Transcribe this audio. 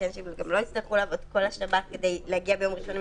שאנשים לא יצטרכו לעבוד כל השבת ולהגיע ביום ראשון עם